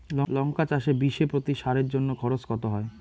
লঙ্কা চাষে বিষে প্রতি সারের জন্য খরচ কত হয়?